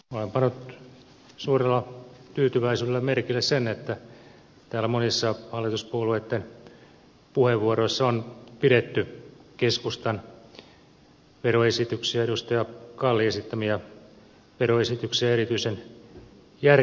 olen pannut suurella tyytyväisyydellä merkille sen että täällä monissa hallituspuolueitten puheenvuoroissa on pidetty keskustan veroesityksiä edustaja kallin esittämiä veroesityksiä erityisen järkevinä